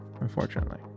unfortunately